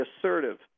assertive